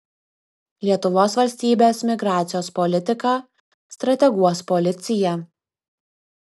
lietuvos valstybės migracijos politiką strateguos policija